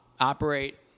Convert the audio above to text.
operate